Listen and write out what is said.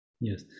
Yes